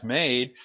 made